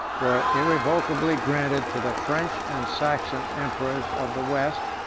were irrevocably granted to the french and saxon emperors of the west.